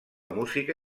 música